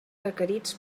requerits